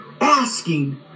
asking